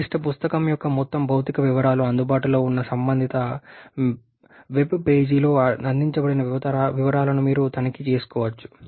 నిర్దిష్ట పుస్తకం యొక్క మొత్తం భౌతిక వివరాలు అందుబాటులో ఉన్న సంబంధిత వెబ్పేజీలో అందించబడిన వివరాలను మీరు తనిఖీ చేయవచ్చు